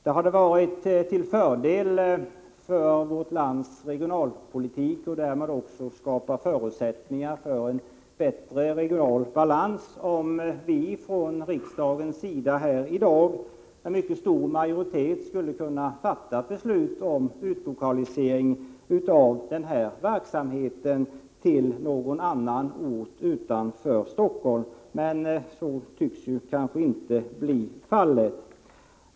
Det hade varit till fördel för vårt lands regionalpolitik, och därmed också för förutsättningarna för en bättre regional balans, om vi från riksdagens sida i dag med mycket stor majoritet skulle kunna fatta beslut om utlokalisering av denna verksamhet till någon annan ort utanför Stockholm, men så tycks inte bli fallet.